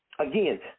Again